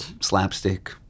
slapstick